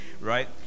right